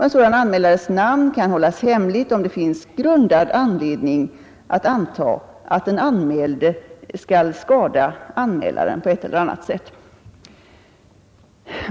En sådan anmälares namn kan hållas hemligt, om det finns grundad anledning att anta att den anmälde skall skada anmälaren på ett eller annat sätt.